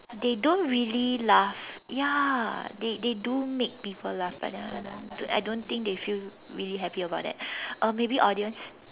they don't really laugh ya they they do make people laugh but then I don't think they feel really happy about that uh maybe audience